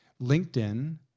LinkedIn